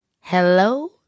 Hello